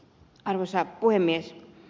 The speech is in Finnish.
arvoisa puhemies